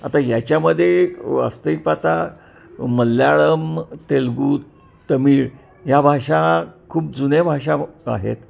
आता याच्यामध्ये वास्तविक पाहता मल्याळम तेलगू तमिळ या भाषा खूप जुन्या भाषा आहेत